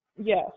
Yes